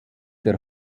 der